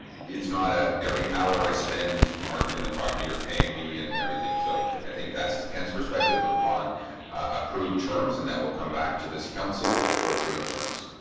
it's not ah every hour i spend marketing the property you're paying me and everything until so i think that's to ken's perspective upon approved terms and that will come back to this council for approved terms